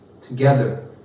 together